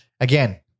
again